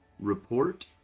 report